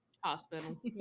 Hospital